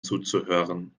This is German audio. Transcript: zuzuhören